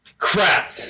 Crap